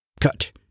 Cut